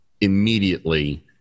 immediately